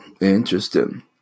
interesting